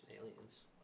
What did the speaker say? aliens